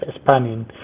spanning